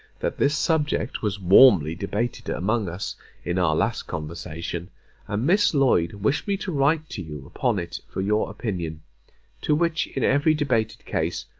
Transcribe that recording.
that this subject was warmly debated among us in our last conversation and miss lloyd wished me to write to you upon it for your opinion to which, in every debated case,